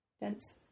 Dense